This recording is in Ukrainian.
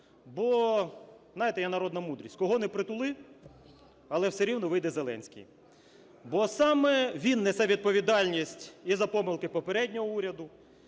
Бо, знаєте, є народна мудрість: кого не притули, але все рівно вийде Зеленський. Бо саме він несе відповідальність і за помилки попереднього уряду,